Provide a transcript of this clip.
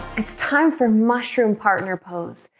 it's time for mushroom partner pose,